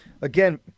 again